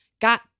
got